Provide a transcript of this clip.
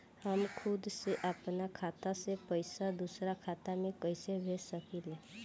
हम खुद से अपना खाता से पइसा दूसरा खाता में कइसे भेज सकी ले?